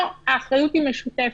לא, האחריות היא משותפת.